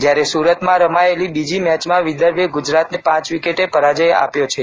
જ્યારે સુરતમાં રમાયેલી બીજી મેચમાં વિદર્ભે ગુજરાતને પાંચ વિકેટે પરાજ્ય આપ્યો છે